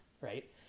Right